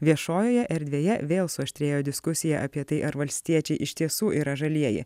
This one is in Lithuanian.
viešojoje erdvėje vėl suaštrėjo diskusija apie tai ar valstiečiai iš tiesų yra žalieji